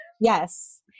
Yes